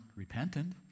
Repentant